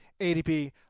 adp